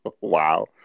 Wow